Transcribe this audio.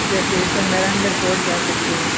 जैसे एक तो मेहरानगढ़ फोर्ड जा सकते हैं